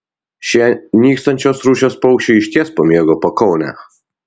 šie nykstančios rūšies paukščiai išties pamėgo pakaunę